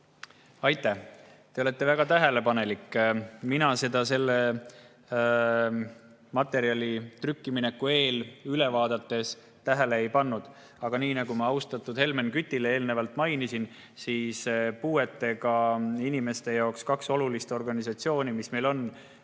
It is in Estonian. Aitäh! Te olete väga tähelepanelik. Mina seda selle materjali trükkimineku eel üle vaadates tähele ei pannud. Aga nii nagu ma austatud Helmen Kütile eelnevalt mainisin, on meil puuetega inimeste jaoks kaks olulist organisatsiooni, nii